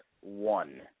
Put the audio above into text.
one